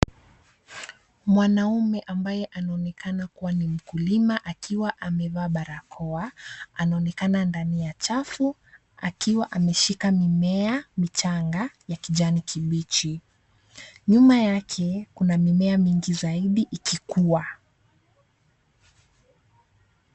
Mwanaume ambaye anaonekana kuwa ni mkulima akiwa amevaa barakoa anaonekana ndani ya chafu akiwa ameshika mimea michanga ya kijani kibichi. Nyuma kuna mimea mingi zaidi iki kuwa.